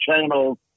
channels